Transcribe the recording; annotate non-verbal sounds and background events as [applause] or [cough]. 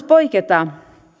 [unintelligible] poiketa